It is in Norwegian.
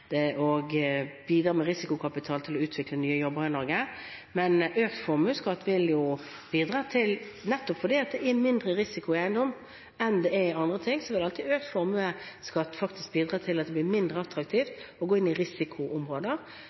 med risikokapital til å utvikle nye jobber i Norge. Men nettopp fordi det er mindre risiko i eiendom enn i andre ting, vil økt formuesskatt alltid bidra til at det blir mindre attraktivt å gå inn i risikoområder